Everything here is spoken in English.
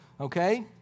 Okay